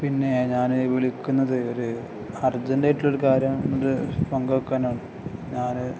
പിന്നെ ഞ്ച് വിളിക്കുന്നത് ഒരു അർജൻറ്റായിട്ടുള്ള ഒരു കാര്യം അത് പങ്ക് വയ്ക്കാനാണ് ഞാൻ